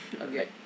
okay